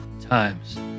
Times